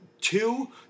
Two